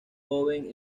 joven